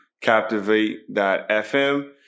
Captivate.fm